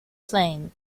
plain